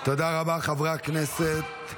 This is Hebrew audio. חברי הכנסת,